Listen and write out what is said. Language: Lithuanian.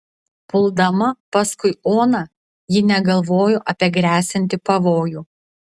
puldama paskui oną ji negalvojo apie gresiantį pavojų